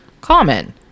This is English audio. common